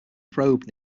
probe